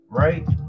right